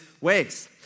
ways